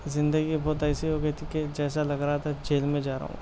زندگی بہت ایسی ہو گئی تھی کہ جیسا لگ رہا تھا جیل میں جا رہا ہوں